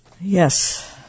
Yes